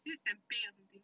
is it tempeh or something